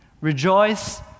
Rejoice